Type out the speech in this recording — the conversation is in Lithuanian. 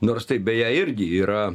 nors tai beje irgi yra